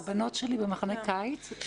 הבנות שלי במחנה קיץ,